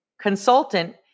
consultant